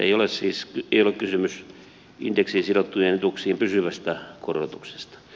ei ole siis kysymys indeksiin sidottujen etuuksien pysyvästä korotuksesta